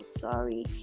sorry